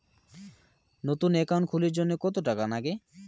নতুন একাউন্ট খুলির জন্যে কত টাকা নাগে?